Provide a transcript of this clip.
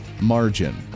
margin